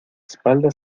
espalda